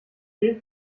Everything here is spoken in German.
dem